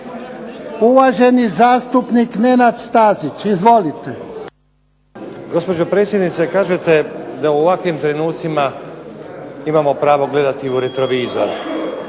Uvaženi zastupnik Nenad Stazić. Izvolite. **Stazić, Nenad (SDP)** Gospođo predsjednice, kažete da u ovakvim trenucima imamo pravo gledati u retrovizor